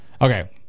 okay